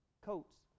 coats